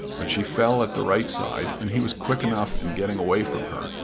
but she fell at the right side, and he was quick enough in getting away from her,